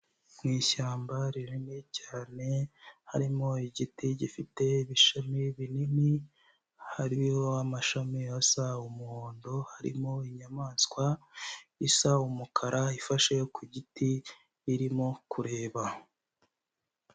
Mu ishyamba rinini cyane, harimo igiti gifite ibishami binini, hariho amashami asa umuhondo, harimo inyamaswa isa umukara ifashe ku giti, irimo kureba.